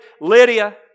Lydia